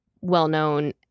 well-known